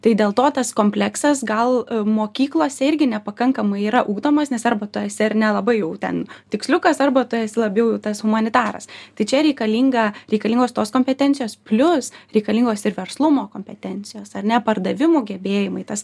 tai dėl to tas kompleksas gal mokyklose irgi nepakankamai yra ugdomas nes arba tu esi ar ne labai jau ten tiksliukas arba tu esi labiau tas humanitaras tai čia reikalinga reikalingos tos kompetencijos plius reikalingos ir verslumo kompetencijos ar ne pardavimų gebėjimai tas